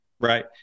Right